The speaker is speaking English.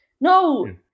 No